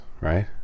right